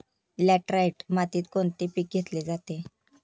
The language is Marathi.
लॅटराइट मातीत कोणते पीक घेतले जाते?